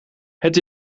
het